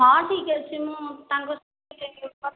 ହଁ ଠିକ୍ ଅଛି ମୁଁ ତାଙ୍କ ସହିତ ଯାଇକି କଥା